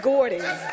Gordon